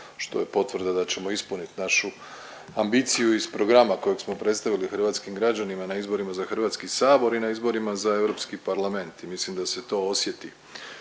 što je potvrda da ćemo ispuniti našu ambiciju iz programa kojeg smo predstavili hrvatskim građanima na izborima za Hrvatski sabor i na izborima za Europski parlament i mislim da se to osjeti.